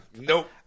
nope